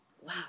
wow